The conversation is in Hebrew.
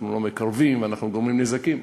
אנחנו לא מקרבים ואנחנו גורמים נזקים.